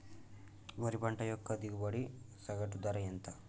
వరి పంట యొక్క దిగుబడి సగటు ధర ఎంత?